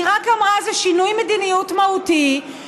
היא רק אמרה: זה שינוי מדיניות מהותי,